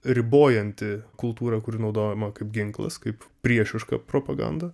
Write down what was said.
ribojanti kultūrą kuri naudojama kaip ginklas kaip priešiška propaganda